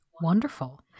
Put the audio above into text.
Wonderful